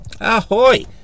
Ahoy